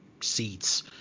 seats